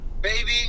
Baby